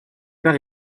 part